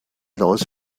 those